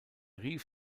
rief